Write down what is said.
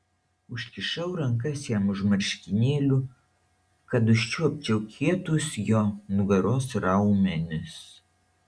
užkišau rankas jam už marškinėlių kad užčiuopčiau kietus jo nugaros raumenis